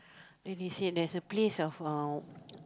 then they say there's a place of uh